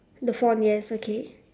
the font yes okay